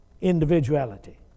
individuality